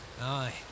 Aye